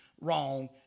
wrong